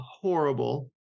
horrible